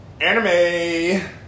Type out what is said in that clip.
Anime